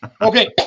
Okay